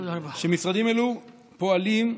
משרדים אלה פועלים,